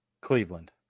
Cleveland